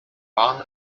waren